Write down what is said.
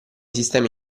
sistemi